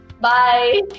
Bye